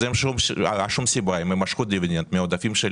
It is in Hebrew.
אם הם משכו דיבידנד מעודפים של